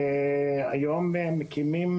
היום מקימים